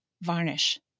Varnish